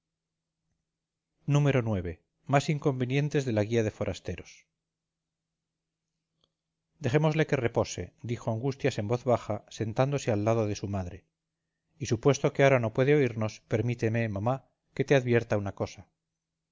respondió ix más inconvenientes de la guía de forasteros dejémosle que repose dijo angustias en voz baja sentándose al lado de su madre y supuesto que ahora no puede oírnos permíteme mamá que te advierta una cosa